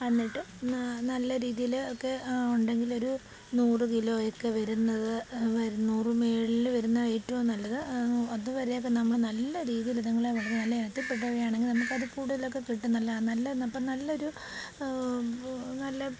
എന്നിട്ട് നല്ല രീതിയില് ഒക്കെ ഉണ്ടെങ്കിലൊരു നൂറു കിലോ ഒക്കെ വരുന്നത് വരു നൂറിനു മുകളില് വരുന്ന ഏറ്റവും നല്ലത് അതുവരെയൊക്കെ നമ്മള് നല്ല രീതിയില് അതുങ്ങളെ വളർത്തി നല്ല ഇനത്തിൽപ്പെട്ടവയാണെങ്കില് നമുക്ക് അത് കൂടുതലൊക്കെ കിട്ടും നല്ല നല്ല അപ്പോൾ നല്ലൊരു നല്ല